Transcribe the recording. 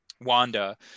Wanda